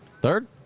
Third